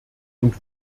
und